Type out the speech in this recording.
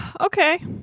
okay